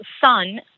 son